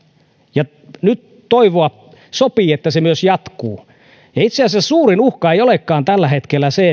ja nyt toivoa sopii että se myös jatkuu itse asiassa suurin uhka ei olekaan tällä hetkellä se